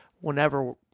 whenever